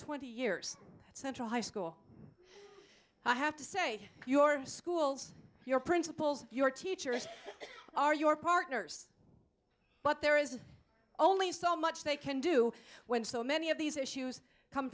twenty years at central high school i have to say your schools your principals your teachers are your partners but there is only so much they can do when so many of these issues come